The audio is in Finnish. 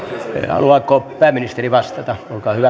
haluaako pääministeri vastata